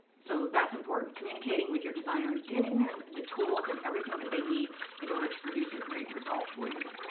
so that's important, communicating with your designer, giving them the tools and everything that they need in order to produce a great result for you.